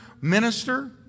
minister